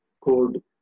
code